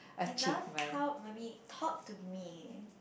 I love how mummy talk to me